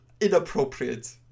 inappropriate